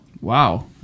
Wow